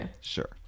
sure